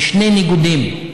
בשני ניגודים.